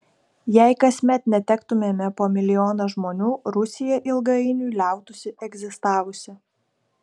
jei kasmet netektumėme po milijoną žmonių rusija ilgainiui liautųsi egzistavusi